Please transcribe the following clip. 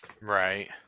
Right